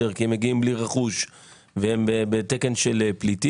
כי הם מגיעים בלי רכוש והם בתקן של פליטים.